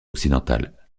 occidentales